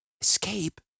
Escape